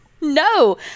No